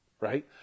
right